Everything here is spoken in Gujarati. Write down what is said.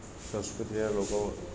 સંસ્કૃતિના લોકો